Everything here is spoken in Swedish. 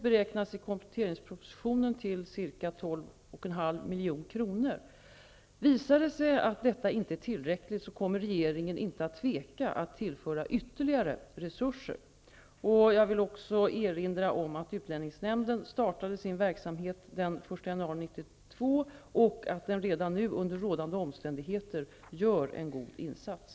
Visar det sig att detta inte är tillräckligt, kommer regeringen inte att tveka att tillföra ytterligare resurser. Jag vill här samtidigt erinra om att utlänningsnämnden startade sin verksamhet den 1 januari 1992 och att den redan nu, under rådande omständigheter, gör en god insats.